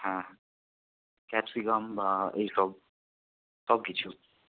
হ্যাঁ ক্যাপ্সিকাম বা এই সব সব কিছু